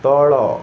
ତଳ